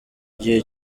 gihe